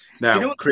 now